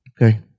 Okay